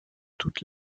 toutes